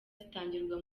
zitangirwa